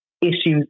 issues